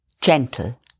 gentle